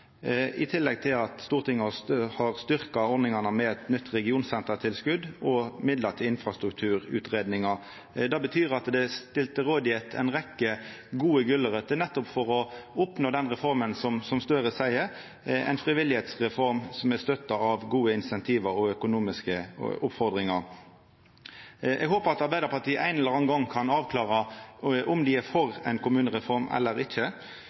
i tillegg til at Stortinget har styrkt ordningane med eit nytt regionsentertilskot og midlar til infrastrukturutgreiinga. Det betyr at det er stilt til rådvelde ei rekkje gode gulrøter, nettopp for å oppnå den reforma som Gahr Støre seier er ei frivilligheitsreform som er støtta av gode incentiv og økonomiske oppmodingar. Eg håpar at Arbeidarpartiet ein eller annan gong kan avklara om dei er for ei kommunereform eller ikkje,